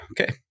Okay